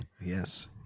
Yes